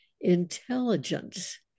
intelligence